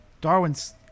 Darwin's